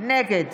נגד